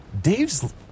Dave's